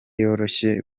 yoroshye